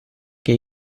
che